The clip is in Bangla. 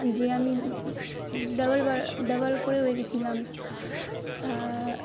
যে আমি ডাবল ডাবল করেও এঁকেছিলাম